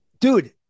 Dude